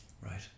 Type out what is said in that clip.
Right